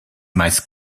meist